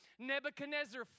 Nebuchadnezzar